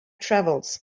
travels